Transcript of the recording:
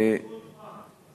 תגיד בזכות מה.